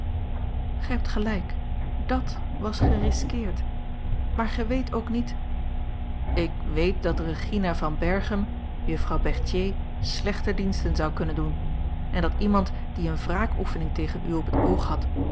gij hebt gelijk dàt was gerisqueerd maar gij weet ook niet ik weet dat regina van berchem juffrouw berthier slechte diensten zou kunnen doen en dat iemand die eene wraakoefening tegen u op het oog had